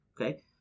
Okay